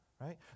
right